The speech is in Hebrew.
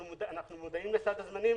אנחנו מודעים לסד הזמנים.